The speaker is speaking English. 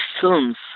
films